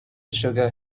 sugar